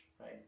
right